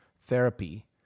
therapy